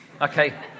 Okay